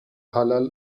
halal